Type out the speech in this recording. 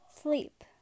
Sleep